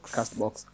Castbox